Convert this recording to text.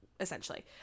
Essentially